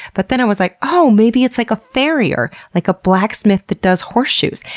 but then i was like, oh, maybe it's like a farrier, like a blacksmith that does horseshoes.